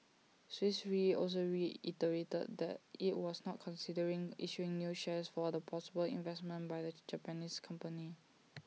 Swiss re also reiterated that IT was not considering issuing new shares for the possible investment by the Japanese company